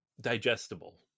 digestible